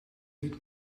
niet